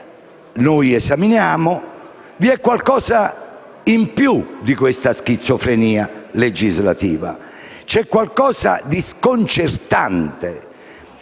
oggi esaminiamo vi è qualcosa di più di questa schizofrenia legislativa: un qualcosa di sconcertante,